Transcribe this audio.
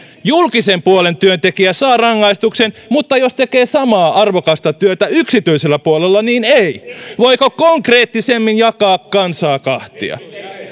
julkisen puolen työntekijä saa rangaistuksen mutta jos tekee samaa arvokasta työtä yksityisellä puolella niin ei voiko konkreettisemmin jakaa kansaa kahtia